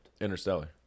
Interstellar